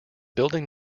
building